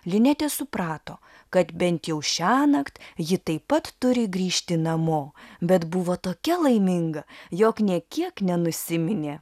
linetė suprato kad bent jau šiąnakt ji taip pat turi grįžti namo bet buvo tokia laiminga jog nė kiek nenusiminė